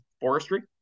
forestry